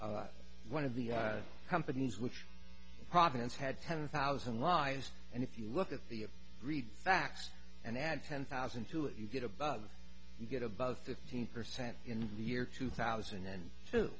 by one of the companies which province had ten thousand lives and if you look at the read facts and add ten thousand to it you get above you get above fifteen percent in the year two thousand and two